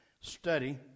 study